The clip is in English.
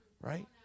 right